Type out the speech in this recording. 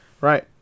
Right